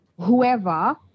whoever